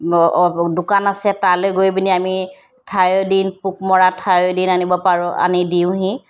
দোকান আছে তালৈ গৈ পিনি আমি থায়দিন পোক মৰা থায়দিন আনিব পাৰোঁ আনি দিওঁহি